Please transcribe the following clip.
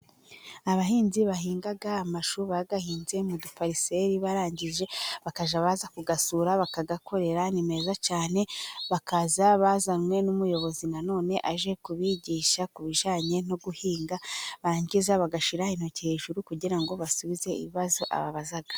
Abahinzi bahinga amashu bayahinze mu dupariseri barangije bakajya baza kuyasura bakayakorera, ni meza cyane bakaza bazanwe n'umuyobozi nanone aje kubigisha ku bijyanye no guhinga, barangiza bagashyira intoki hejuru kugira ngo basubize ibibazo ababaza.